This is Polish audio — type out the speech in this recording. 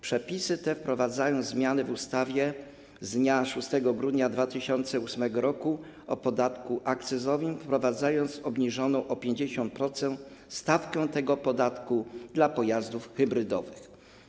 Przepisy te wprowadzają zmiany w ustawie z dnia 6 grudnia 2008 r. o podatku akcyzowym, ustanawiając obniżoną o 50% stawkę tego podatku dla pojazdów hybrydowych.